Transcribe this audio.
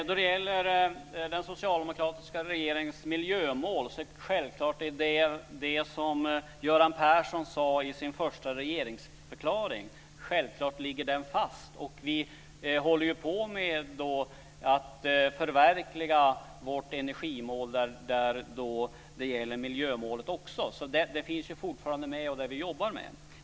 Fru talman! I den socialdemokratiska regeringens miljömål ligger självfallet det som Göran Persson sade i sin första regeringsförklaring självfallet fast. Vi håller på med att förverkliga vårt energimål, där miljömålet också gäller. Det finns alltså fortfarande med i det som vi jobbar med.